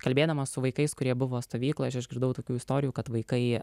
kalbėdamas su vaikais kurie buvo stovykloje išgirdau tokių istorijų kad vaikai